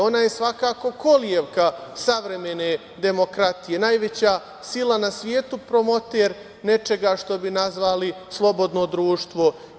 Ona je svakako kolevka savremene demokratije, najveća sila na svetu promoter nečega što bi nazvali slobodno društvo.